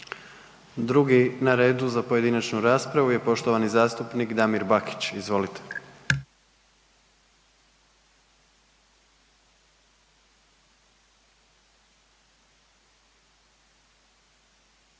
Drugi na redu za pojedinačnu raspravu je poštovani zastupnik Damir Bakić, izvolite.